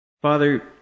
Father